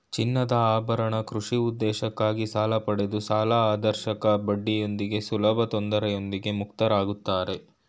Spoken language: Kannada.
ಚಿನ್ನದಆಭರಣ ಕೃಷಿ ಉದ್ದೇಶಕ್ಕಾಗಿ ಸಾಲಪಡೆದು ಸಾಲದಆಕರ್ಷಕ ಬಡ್ಡಿಯೊಂದಿಗೆ ಸುಲಭತೊಂದರೆಯೊಂದಿಗೆ ಮುಕ್ತರಾಗುತ್ತಾರೆ